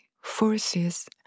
forces